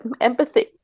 empathy